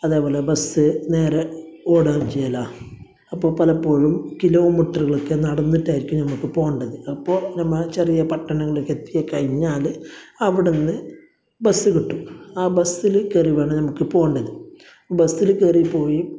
അതേപോലെ ബസ്സ് നേരെ ഓടുകയും ചെയ്യില്ല അപ്പോൾ പലപ്പോഴും കിലോമീറ്ററുകളൊക്കെ നടന്നിട്ടായിരിക്കും നമ്മൾക്ക് പോവണ്ടത് അപ്പോൾ നമ്മൾ ചെറിയ പട്ടണങ്ങളിൽ എത്തി കഴിഞ്ഞാല് അവിടെ നിന്ന് ബസ്സ് കിട്ടും ആ ബസ്സില് കയറി വേണം നമ്മൾക്ക് പോകേണ്ടത് ബസ്സില് കയറിപ്പോയി